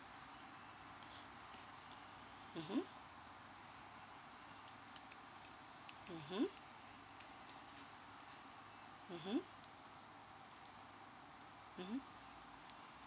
(uh huh) (uh huh) (uh huh) (uh huh)